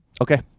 Okay